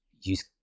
use